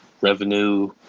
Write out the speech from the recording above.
revenue